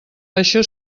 això